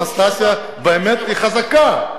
אנסטסיה היא באמת חזקה.